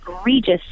egregious